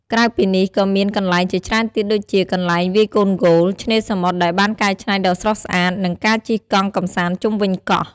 ក្រៅពីនេះ ក៏មានកន្លែងជាច្រើនទៀតដូចជា កន្លែងវាយកូនហ្គោល ឆ្នេរសមុទ្រដែលបានកែច្នៃដ៏ស្រស់ស្អាត និងការជិះកង់កម្សាន្តជុំវិញកោះ។